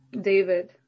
David